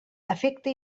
afecta